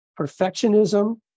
perfectionism